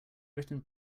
written